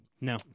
no